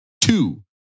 two